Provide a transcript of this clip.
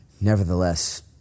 nevertheless